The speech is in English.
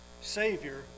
Savior